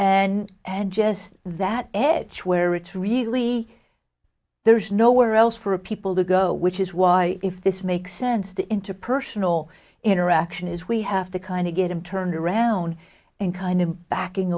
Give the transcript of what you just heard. and and just that edge where it's really there's nowhere else for people to go which is why if this makes sense to interpersonal interaction is we have to kind of get him turned around and kind of backing